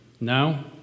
Now